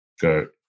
go